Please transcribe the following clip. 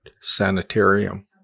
sanitarium